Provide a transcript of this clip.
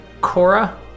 Cora